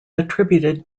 attributed